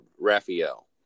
Raphael